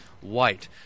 white